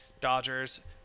Dodgers